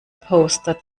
poster